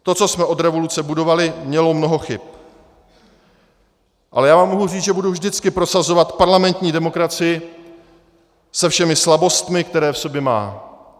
To, co jsme od revoluce budovali, mělo mnoho chyb, ale mohu říct, že budu vždycky prosazovat parlamentní demokracii se všemi slabostmi, které v sobě má.